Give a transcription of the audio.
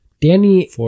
Danny